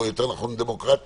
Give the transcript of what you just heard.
או יותר נכון דמוקרטי,